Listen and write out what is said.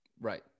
Right